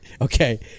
okay